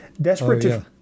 desperate